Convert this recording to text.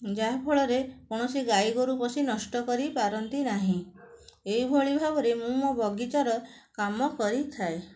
ଯାହାଫଳରେ କୌଣସି ଗାଈଗୋରୁ ପଶି ନଷ୍ଟ କରିପାରନ୍ତି ନାହିଁ ଏଇଭଳି ଭାବରେ ମୁଁ ମୋ ବଗିଚାର କାମ କରିଥାଏ